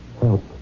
help